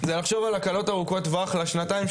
לחשוב על הקלות ארוכות טווח לשנתיים,